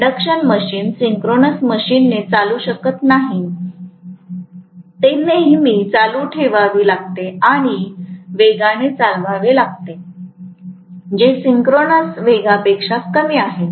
induction machine synchronous वेगाने चालू शकत नाही ते नेहमी चालू ठेवावी लागते किंवा वेगाने चालवावे लागते जे सिंक्रोनस वेगापेक्षा कमी आहे